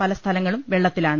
പലസ്ഥലങ്ങളും വെള്ളത്തിലാണ്